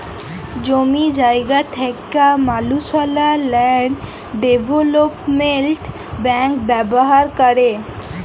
জমি জায়গা থ্যাকা মালুসলা ল্যান্ড ডেভলোপমেল্ট ব্যাংক ব্যাভার ক্যরে